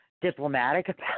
Diplomatic